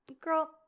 Girl